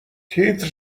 تیتر